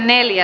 asia